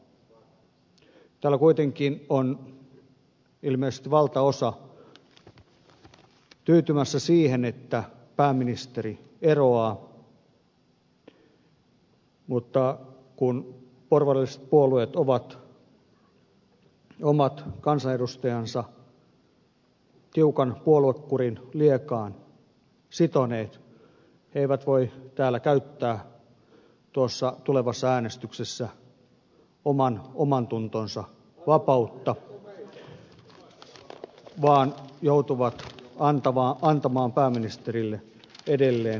täällä kuitenkin on ilmeisesti valtaosa tyytymässä siihen että pääministeri eroaa mutta kun porvarilliset puolueet ovat omat kansanedustajansa tiukan puoluekurin liekaan sitoneet he eivät voi täällä käyttää tuossa tulevassa äänestyksessä oman omantuntonsa vapautta vaan joutuvat antamaan pääministerille edelleen luottamuslauseen